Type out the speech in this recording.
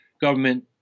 government